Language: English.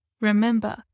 Remember